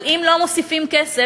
אבל אם לא מוסיפים כסף,